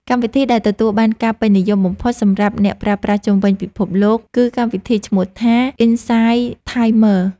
កម្មវិធីដែលទទួលបានការពេញនិយមបំផុតសម្រាប់អ្នកប្រើប្រាស់ជុំវិញពិភពលោកគឺកម្មវិធីឈ្មោះថា អ៊ិនសាយ ថាយមឺរ។